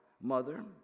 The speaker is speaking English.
mother